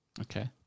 Okay